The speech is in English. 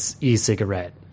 e-cigarette